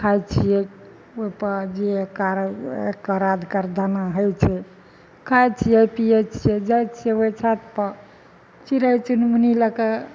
खाय छियै ओइपर जे कार कराध एकर दाना हइ छै जे खाय छियै पियै छियै जाइ छियै ओइ छतपर चिड़य चुनमुनी लए कऽ